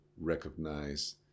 recognize